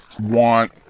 want